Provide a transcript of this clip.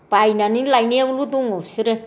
बायनानै लायनायावल' दङ बिसोरो